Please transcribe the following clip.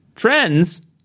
trends